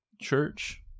Church